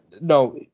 no